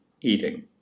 eating